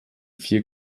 vier